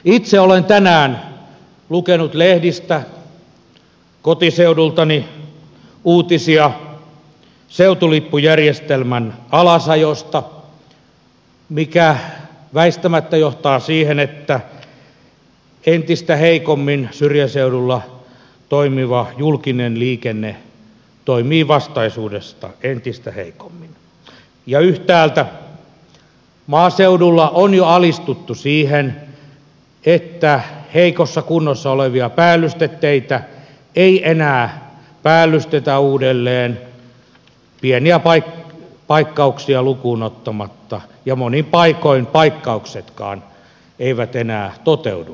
itse olen tänään lukenut lehdistä kotiseudultani uutisia seutulippujärjestelmän alasajosta mikä väistämättä johtaa siihen että syrjäseudulla toimiva julkinen liikenne toimii vastaisuudessa entistä heikommin ja yhtäältä maaseudulla on jo alistuttu siihen että heikossa kunnossa olevia päällysteteitä ei enää päällystetä uudelleen pieniä paikkauksia lukuun ottamatta ja monin paikoin paikkauksetkaan eivät enää toteudu